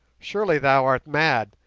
surely thou art mad.